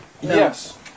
Yes